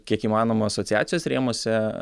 kiek įmanoma asociacijos rėmuose